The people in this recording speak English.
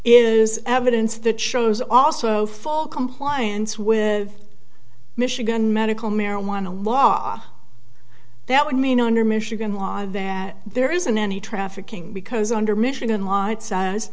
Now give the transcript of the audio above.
is evidence that shows also full compliance with michigan medical marijuana law that would mean under michigan law that there isn't any trafficking because under michigan law it says